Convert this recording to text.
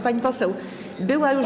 Pani poseł, była już.